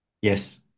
Yes